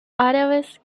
árabes